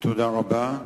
תודה רבה.